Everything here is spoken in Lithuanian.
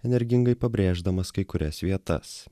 energingai pabrėždamas kai kurias vietas